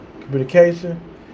communication